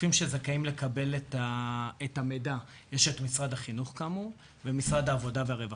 גופים שזכאים לקבל את המידע משרד החינוך כאמור ומשרד העבודה והרווחה.